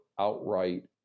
outright